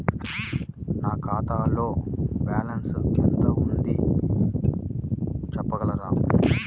నా ఖాతాలో బ్యాలన్స్ ఎంత ఉంది చెప్పగలరా?